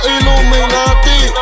Illuminati